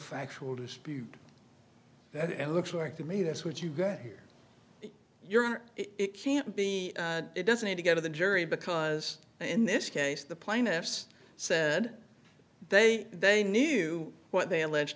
factual dispute that it looks like to me that's what you got here your honor it can't be it doesn't need to go to the jury because in this case the plaintiffs said they they knew what they allege